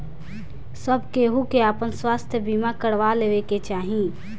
सब केहू के आपन स्वास्थ्य बीमा करवा लेवे के चाही